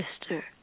sister